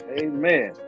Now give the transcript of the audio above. amen